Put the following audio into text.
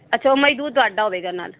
ਅੱਛਾ ਉਹ ਮਜ਼ਦੂਰ ਤੁਹਾਡਾ ਹੋਵੇਗਾ ਨਾਲ